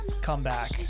comeback